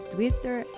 Twitter